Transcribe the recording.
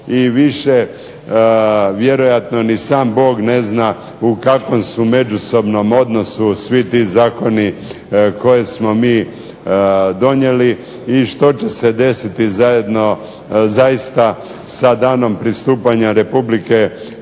I više vjerojatno ni sam Bog ne zna u kakvom su međusobnom odnosu svi ti zakoni koje smo mi donijeli i što će se desiti zaista sa danom pristupanja Republike